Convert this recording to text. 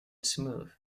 smooth